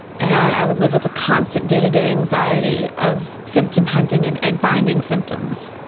and i would live with the constant day-to-day anxiety of symptom-hunting and and finding symptoms.